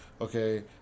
Okay